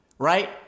Right